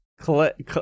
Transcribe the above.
collect